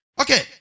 Okay